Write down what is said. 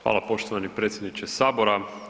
Hvala poštovani predsjedniče Sabora.